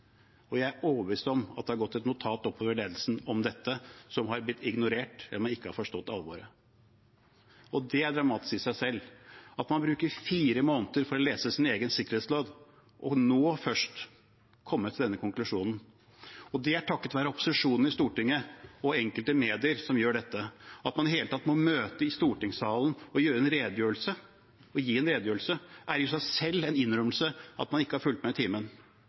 Jeg er overbevist om at det har gått et notat oppover til ledelsen om dette som har blitt ignorert, eller man har ikke forstått alvoret. Det er dramatisk i seg selv. Man bruker fire måneder på å lese sin egen sikkerhetslov og har først nå kommet til denne konklusjonen. Det er takket være opposisjonen i Stortinget og enkelte medier. At man i det hele tatt må møte i stortingssalen og gi en redegjørelse, er i seg selv en innrømmelse av at man ikke har fulgt med i timen.